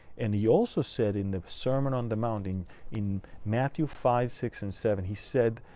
and he also said in the sermon on the mount in in matthew five six and seven, he said